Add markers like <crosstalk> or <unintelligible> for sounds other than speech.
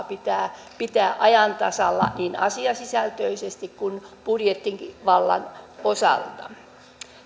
<unintelligible> pitää pitää ajan tasalla niin asiasisältöisesti kuin budjettivallan osalta